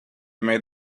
made